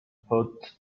put